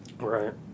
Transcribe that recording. Right